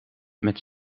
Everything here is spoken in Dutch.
met